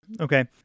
Okay